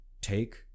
take